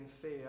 fear